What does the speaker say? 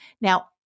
Now